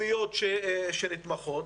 הפנימיות שנתמכות.